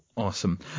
Awesome